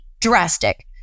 drastic